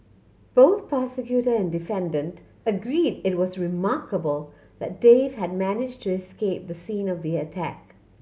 both prosecutor and defendant agreed it was remarkable that Dave had managed to escape the scene of the attack